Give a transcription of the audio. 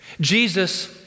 Jesus